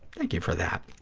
thank you for that.